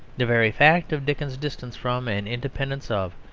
the very fact of dickens's distance from, and independence of,